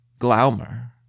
Glaumer